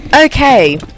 Okay